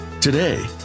Today